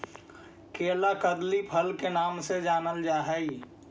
केला कदली फल के नाम से जानल जा हइ